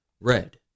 red